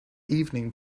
evening